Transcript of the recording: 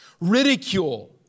ridicule